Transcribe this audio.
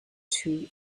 two